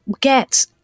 get